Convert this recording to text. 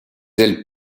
ailes